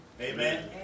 Amen